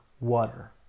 water